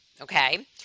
okay